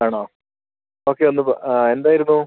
ആണോ ഓക്കെ ഒന്ന് എന്തായിരുന്നു